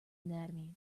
anatomy